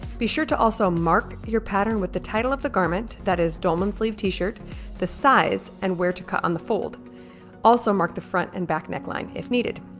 be sure to also mark your pattern with the title of the garment that is dolman sleeve t-shirt the size and where to cut on the fold also mark the front and back neckline if needed